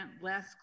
less